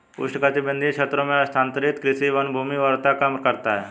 उष्णकटिबंधीय क्षेत्रों में स्थानांतरित कृषि वनभूमि उर्वरता कम करता है